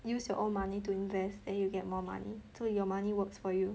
use your own money to invest then you get more money so your money works for you